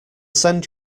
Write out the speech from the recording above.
send